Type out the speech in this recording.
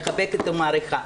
מחבקת ומעריכה".